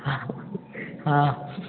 हाँ हाँ